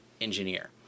engineer